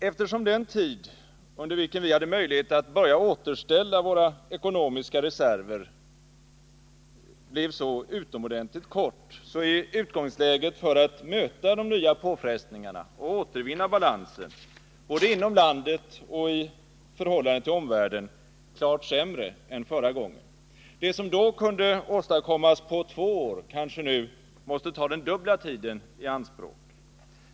Eftersom den tid under vilken vi hade möjlighet att börja återställa våra ekonomiska reserver blev så utomordentligt kort, är utgångsläget för att möta de nya påfrestningarna och återvinna balansen — både inom landet och i förhållande till omvärlden — klart sämre än förra gången. Det som då kunde uträttas på två år kanske nu måste ta den dubbla tiden i anspråk.